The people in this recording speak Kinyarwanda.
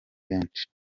benshi